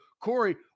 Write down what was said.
Corey